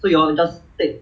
outside 你买 like